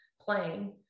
playing